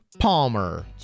Palmer